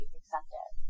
accepted